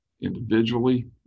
individually